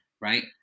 right